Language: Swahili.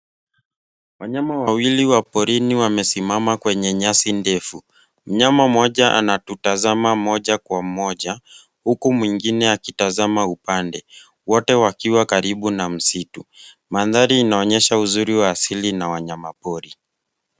Wanyama wawili wa porini wamesimama kwenye nyasi ndefu. Mnyama mmoja anatutazama moja kwa moja huku mwengine akitazama upande, wote wakiwa karibu na msitu. Mandhari inaonyesha uzuri wa asili na wanyama pori.